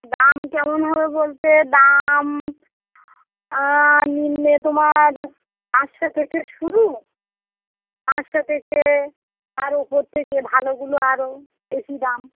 দাম কেমন হবে বলতে দাম নিম্নে তোমার পাঁচশো থেকে শুরু পাঁচশো থেকে তার উপর থেকে ভালগুলো আরো বেশি দাম